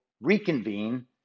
reconvene